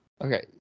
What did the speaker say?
Okay